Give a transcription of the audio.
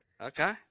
Okay